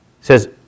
says